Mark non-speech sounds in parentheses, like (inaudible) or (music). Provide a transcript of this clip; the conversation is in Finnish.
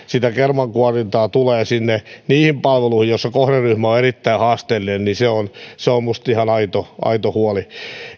(unintelligible) sitä kermankuorintaa tulee niihin palveluihin joissa kohderyhmä on erittäin haasteellinen se on se on minusta ihan aito aito huoli